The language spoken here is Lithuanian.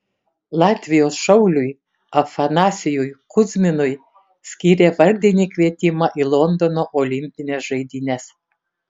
latvijos šauliui afanasijui kuzminui skyrė vardinį kvietimą į londono olimpines žaidynes